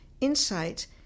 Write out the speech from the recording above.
insights